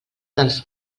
dels